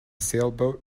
sailboat